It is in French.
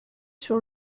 sur